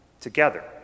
together